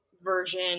version